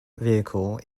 vehicle